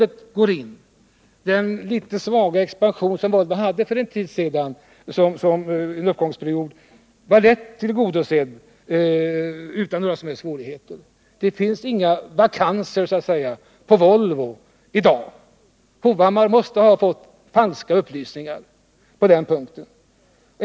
Denna avgång ersättes. Det behov som föranleddes av en viss expansion för en tid sedan var lätt att tillgodose. Det finns inga vakanser på Volvo i dag. Herr Hovhammar måste ha fått falska upplysningar på den punkten.